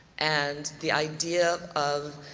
and the idea of,